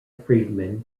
friedman